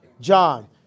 John